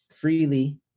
freely